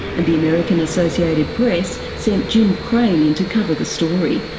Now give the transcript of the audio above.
and the american associated press sent jim krane in to cover the story,